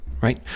Right